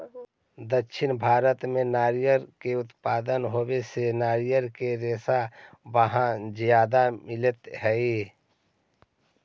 दक्षिण भारत में नारियर के उत्पादन होवे से नारियर के रेशा वहाँ ज्यादा मिलऽ हई